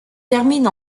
termine